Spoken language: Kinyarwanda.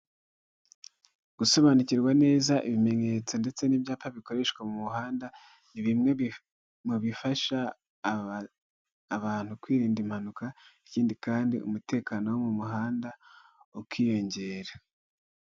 Gusobanukirwa neza ibimenyetso ndetse n'ibyapa bikoreshwa mu muhanda, ni bimwe mu bifasha abantu kwirinda impanuka, ikindi kandi umutekano wo mu muhanda ukiyongera.